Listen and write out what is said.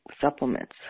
supplements